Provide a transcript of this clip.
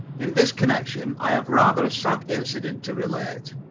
in this connection i have rather a sad incident to relate.